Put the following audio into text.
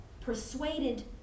persuaded